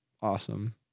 Awesome